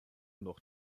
immer